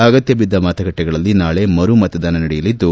ಅಗತ್ಮ ಬಿದ್ದ ಮತಗಟ್ಟೆಗಳಲ್ಲಿ ನಾಳೆ ಮರು ಮತದಾನ ನಡೆಯಲಿದ್ದು